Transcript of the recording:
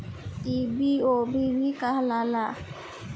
ई बी.ओ.बी भी कहाला